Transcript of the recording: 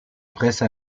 presse